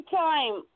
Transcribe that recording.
time